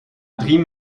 drie